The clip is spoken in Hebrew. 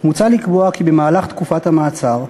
מוצע לקבוע כי במהלך תקופת המעצר,